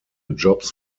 jobs